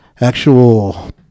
actual